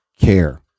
care